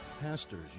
Pastors